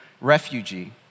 refugee